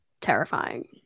terrifying